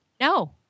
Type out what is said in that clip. No